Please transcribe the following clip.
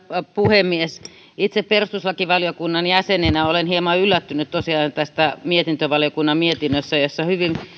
puhemies itse perustuslakivaliokunnan jäsenenä olen hieman yllättynyt tosiaan tästä mietintövaliokunnan mietinnöstä jossa hyvin